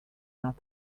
not